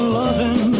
loving